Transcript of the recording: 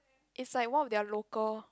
is like one of their local